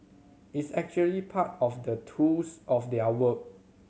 it's actually part of the tools of their work